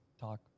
talk